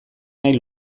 nahi